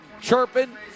chirping